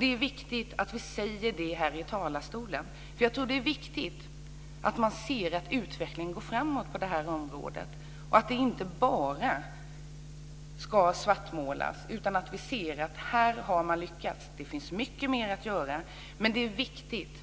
Det är viktigt att vi också säger det här i talarstolen. Det är nämligen viktigt att man ser att utvecklingen går framåt på det här området. Det ska inte bara svartmålas, utan man ska se att här har vi lyckats. Det finns mycket mer att göra, men det är viktigt